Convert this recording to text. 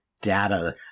data